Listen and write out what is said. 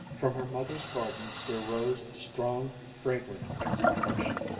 from her mother's garden there rose a strong, fragrant exhalation,